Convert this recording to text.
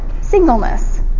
singleness